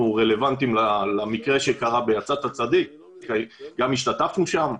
רלוונטיים למקרה שקרה ב"יצאת צדיק" וגם השתתפנו שם.